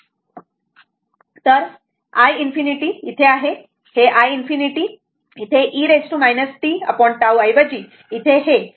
तर iinfinity तेथे आहे तेथे iinfinity आहे आणि इथे e tτ ऐवजी येथे हे eT असेल